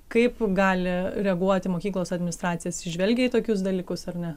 kaip gali reaguoti mokyklos administracija atsižvelgia į tokius dalykus ar ne